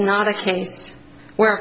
not a case where